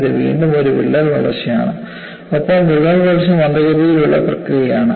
ഇത് വീണ്ടും ഒരു വിള്ളൽ വളർച്ചയാണ് ഒപ്പം വിള്ളൽ വളർച്ച മന്ദഗതിയിലുള്ള പ്രക്രിയയാണ്